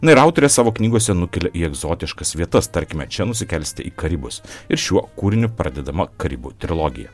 na ir autorė savo knygose nukelia į egzotiškas vietas tarkime čia nusikelsite į karibus ir šiuo kūriniu pradedama karibų trilogija